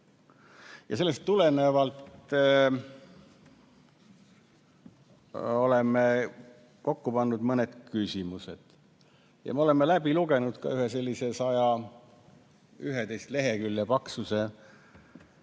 Sellest tulenevalt oleme kirja pannud mõned küsimused. Me oleme läbi lugenud ka ühe 111 lehekülje paksuse